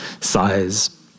size